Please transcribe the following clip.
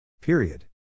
Period